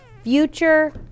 future